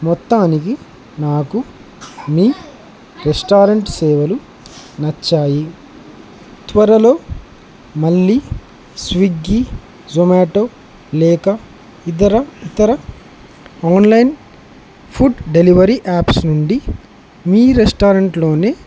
మొత్తానికి నాకు మీ రెస్టారెంట్ సేవలు నచ్చాయి త్వరలో మళ్ళీ స్విగ్గీ జొమాటో లేక ఇతర ఇతర ఆన్లైన్ ఫుడ్ డెలివరీ యాప్స్ నుండి మీ రెస్టారెంట్లోనే